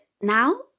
now